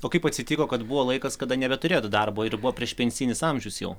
o kaip atsitiko kad buvo laikas kada nebeturėjot darbo ir buvo priešpensinis amžius jau